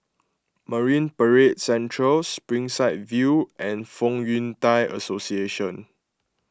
Marine Parade Central Springside View and Fong Yun Thai Association